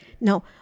now